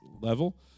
level